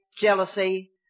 jealousy